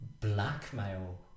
blackmail